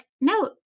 no